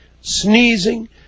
sneezing